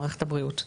מערכת הבריאות.